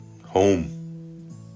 home